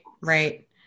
Right